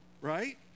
Right